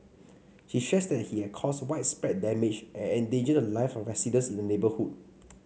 she stressed that he had caused widespread damage and endangered the live of residents in the neighbourhood